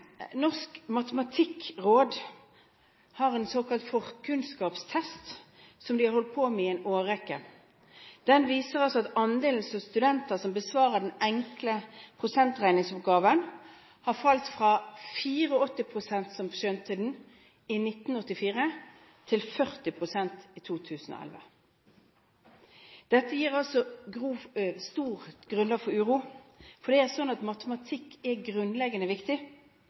Norsk matematikkråd har en såkalt forkunnskapstest som de har holdt på med i en årrekke. Den viser at andelen studenter som besvarer – og skjønner – den enkle prosentregningsoppgaven, har falt fra 84 pst. i 1984 til 40 pst. i 2011. Dette gir stor grunn for uro, for det er slik at matematikk er grunnleggende viktig.